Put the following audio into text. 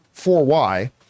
4Y